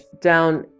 down